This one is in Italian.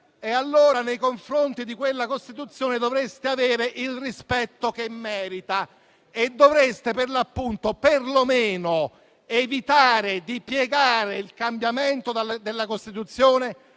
giurate, nei confronti di quella Costituzione dovreste mostrare il rispetto che merita e dovreste perlomeno evitare di piegare il cambiamento della Costituzione